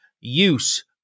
use